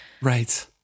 Right